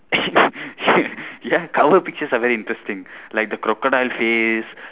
ya cover pictures are very interesting like the crocodile face